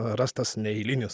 rastas neeilinis